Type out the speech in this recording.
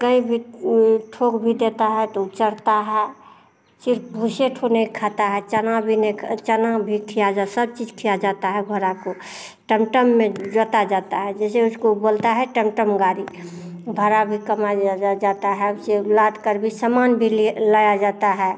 कहीं भी ठोक भी देता है तो चरता है सिर्फ भूसे ठो नही खाता है चना भी नहीं चना भी खिलाया सब चीज खिलाया जाता है घोड़ा को टमटम में जोता जाता है जैसे उसको बोलता है टमटम गाड़ी भाड़ा भी कमाया जाता है उसे लादकर भी समान भी लिए लाया जाता है